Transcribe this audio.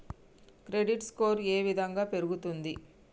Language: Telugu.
క్రెడిట్ స్కోర్ ఏ విధంగా పెరుగుతుంది?